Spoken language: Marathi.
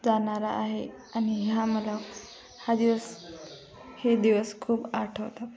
जाणारा आहे आणि ह्या मला हा दिवस हे दिवस खूप आठवतात